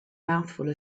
mouthful